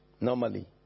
Normally